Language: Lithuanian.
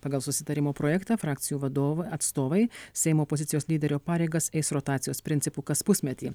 pagal susitarimo projektą frakcijų vadov atstovai seimo opozicijos lyderio pareigas eis rotacijos principu kas pusmetį